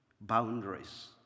boundaries